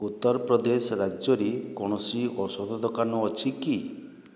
ଉତ୍ତରପ୍ରଦେଶ ରାଜ୍ୟରେ କୌଣସି ଔଷଧ ଦୋକାନ ଅଛି କି